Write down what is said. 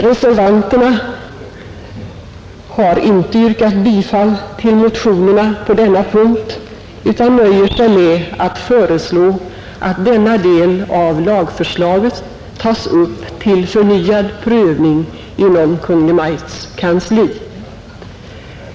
Reservanterna har inte yrkat bifall till motionerna utan nöjer sig med att föreslå att denna del av lagförslaget tas upp till förnyad prövning inom Kungl. Maj:ts kansli.